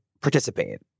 participate